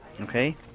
Okay